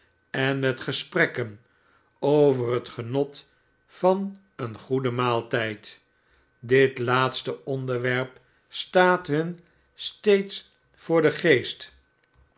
en met gesprekken over het genot van een goeden maaltijd dit laatste onderwerp staat hun steeds voor den geest